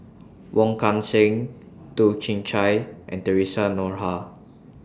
Wong Kan Seng Toh Chin Chye and Theresa Noronha